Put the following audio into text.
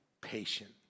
patient